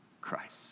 Christ